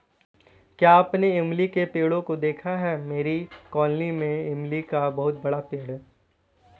क्या आपने इमली के पेड़ों को देखा है मेरी कॉलोनी में इमली का बहुत बड़ा पेड़ है